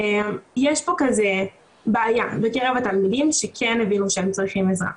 אז יש פה בעיה בקרב התלמידים שכן הבינו שהם צריכים עזרה.